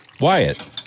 Wyatt